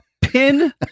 pin